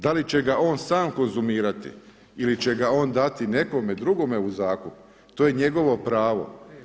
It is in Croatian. Da li će ga on sam konzumirati ili će ga on dati nekom drugom u zakup to je njegovo pravo.